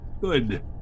Good